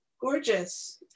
gorgeous